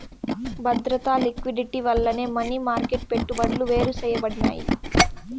బద్రత, లిక్విడిటీ వల్లనే money market పెట్టుబడులు వేరుసేయబడినాయి